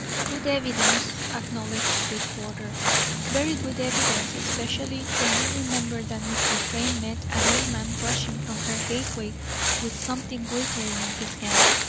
good evidence, acknowledged sweetwater very good evidence, especially when we remember that mr. crane met an old man rushing from her gateway with something glittering in his hand.